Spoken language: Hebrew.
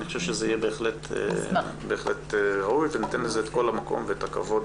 אני חושב שזה יהיה בהחלט ראוי וניתן לזה את כל המקום ואת הכבוד